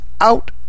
out